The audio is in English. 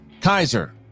Kaiser